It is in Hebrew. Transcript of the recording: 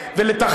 אתם רוצים?